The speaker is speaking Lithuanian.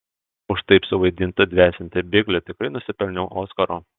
už taip suvaidintą dvesiantį biglį tikrai nusipelniau oskaro